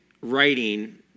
writing